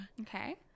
Okay